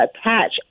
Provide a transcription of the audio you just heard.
attach